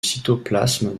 cytoplasme